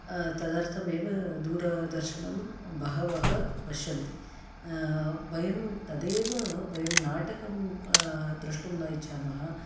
तदर्थम् एव दूरदर्शनं बहवः पश्यन्ति वयं तदेव वयं नाटकं द्रष्टुं न इच्छामः